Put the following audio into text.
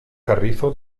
carrizo